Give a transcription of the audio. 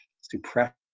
suppression